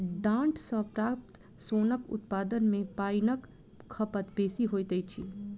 डांट सॅ प्राप्त सोनक उत्पादन मे पाइनक खपत बेसी होइत अछि